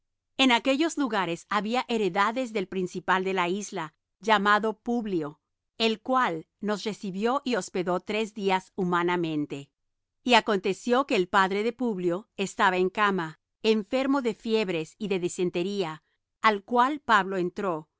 en aquellos lugares había heredades del principal de la isla llamado publio el cual nos recibió y hospedó tres días humanamente y aconteció que el padre de publio estaba en cama enfermo de fiebres y de disentería al cual pablo entró